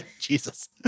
Jesus